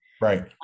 Right